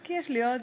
כי יש לי עוד